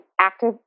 active